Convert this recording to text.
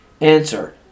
answer